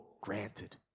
granted